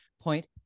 Point